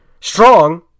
Strong